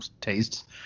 tastes